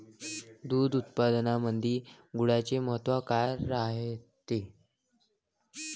दूध उत्पादनामंदी गुळाचे महत्व काय रायते?